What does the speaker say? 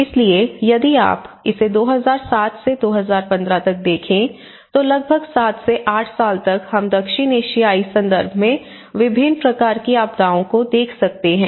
इसलिए यदि आप इसे 2007 से 2015 तक देखें तो लगभग 7 से 8 साल तक हम दक्षिण एशियाई संदर्भ में विभिन्न प्रकार की आपदाओं को देख सकते हैं